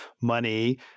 money